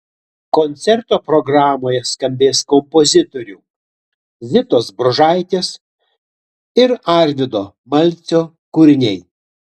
koncerto programoje skambės kompozitorių zitos bružaitės ir arvydo malcio kūriniai